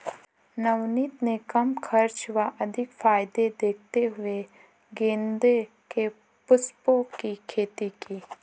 नवनीत ने कम खर्च व अधिक फायदे देखते हुए गेंदे के पुष्पों की खेती की